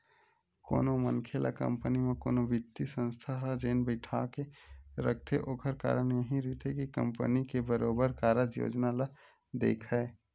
कोनो मनखे ल कंपनी म कोनो बित्तीय संस्था ह जेन बइठाके रखथे ओखर कारन यहीं रहिथे के कंपनी के बरोबर कारज योजना ल देखय